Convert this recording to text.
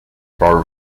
for